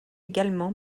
également